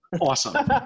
awesome